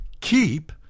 keep